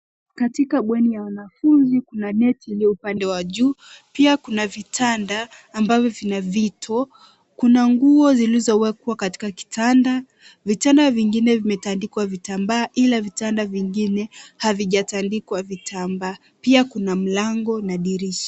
Katika bweni ya wanafunzi, kuna neti iliyo upande wa juu. Pia kuna vitanda ambavyo vina vito. Kuna nguo zilizowekwa katika kitanda. Vitanda vingine vimetandikwa vitambaa ila vitanda vingine havijatandikwa vitambaa. Pia kuna mlango na dirisha.